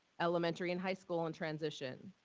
elementary and high school, and transition.